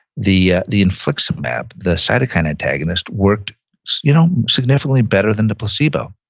the ah the infliximab, the cytokine antagonist, worked you know significantly better than the placebo.